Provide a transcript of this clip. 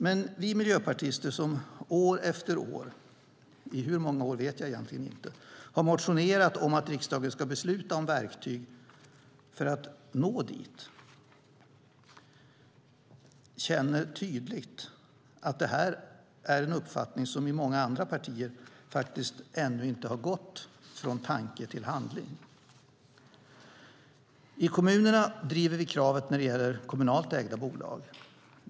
Men vi miljöpartister som år efter år - i hur många år vet jag egentligen inte - har motionerat om att riksdagen ska besluta om verktyg för att nå dit känner tydligt att det är en uppfattning som i många andra partier ännu inte gått från tanke till handling. I kommunerna driver vi kravet när det gäller kommunalt ägda bolag.